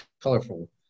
colorful